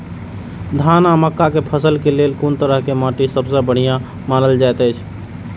धान आ मक्का के फसल के लेल कुन तरह के माटी सबसे बढ़िया मानल जाऐत अछि?